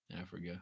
Africa